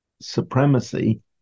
supremacy